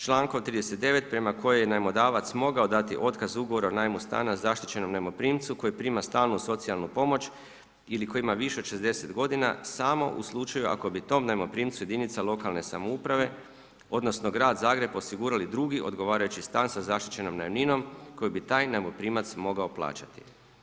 Člankom 39. prema kojem najmodavac je mogao dati otkaz ugovora o najmu stana zaštićenom najmoprimcu koji prima stalnu socijalnu pomoć ili koji ima više od 60 godina, samo u slučaju ako bi tom najmoprimcu jedinica lokalne samouprave odnosno grad Zagreb osigurali drugi odgovarajući stan sa zaštićenom najamninom koji bi taj najmoprimac mogao plaćati.